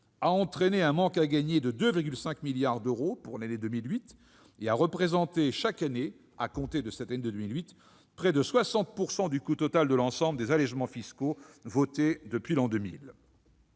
a entraîné un manque à gagner de 2,5 milliards d'euros pour l'année 2008 et a représenté chaque année, à compter de 2008, près de 60 % du coût total de l'ensemble des allégements fiscaux votés depuis l'an 2000.